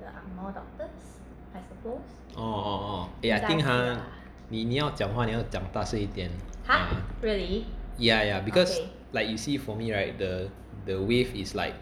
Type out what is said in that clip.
oh oh oh eh I think ah 你要讲话你要大声一点 ah ya ya cause like you see right for me right the the wave is like